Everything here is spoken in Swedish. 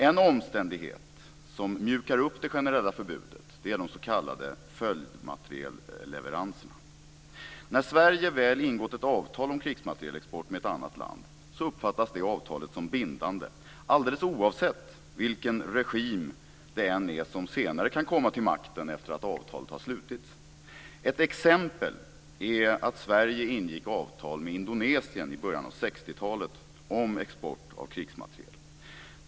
En omständighet som mjukar upp det generella förbudet är de s.k. följdmaterielleveranserna. När Sverige väl ingått ett avtal om krigsmaterielexport med ett annat land så uppfattas det avtalet som bindande alldeles oavsett vilken regim som senare kommer till makten efter det att avtalet har slutits. Ett exempel är att Sverige ingick avtal med Indonesien i början av 60-talet om export av krigsmateriel.